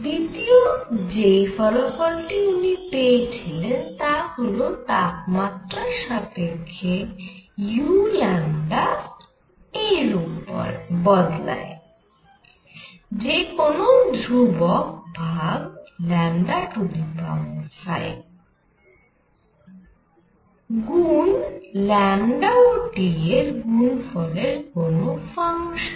দ্বিতীয় যেই ফলাফলটি উনি পেয়েছিলেন তা হল তাপমাত্রার সাপেক্ষ্যে u এইরূপ বদলায় যে কোন ধ্রুবক ভাগ 5 গুন ও T এর গুনফলের কোন ফাংশান